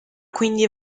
quindi